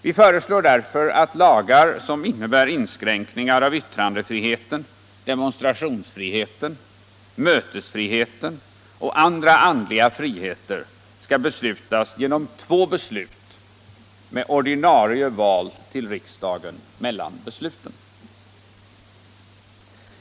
Vi föreslår mot denna bakgrund att lagar som innebär inskränkningar i yttrandefriheten, demonstrationsfriheten, mötesfriheten och andra andliga friheter skall avgöras genom två beslut med ordinarie val till riksdagen mellan besluten.